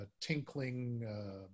tinkling